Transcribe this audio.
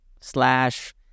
slash